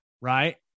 right